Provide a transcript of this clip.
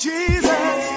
Jesus